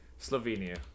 Slovenia